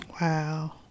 Wow